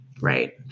Right